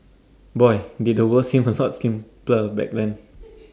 boy did the world seem A lot simpler back when